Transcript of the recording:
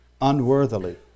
Unworthily